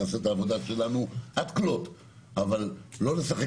נעשה את העבודה שלנו עד כלות אבל לא נשחק